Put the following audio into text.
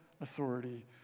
authority